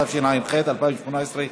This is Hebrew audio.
התשע"ח 2018,